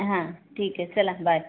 हां ठीक आहे चला बाय